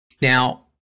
Now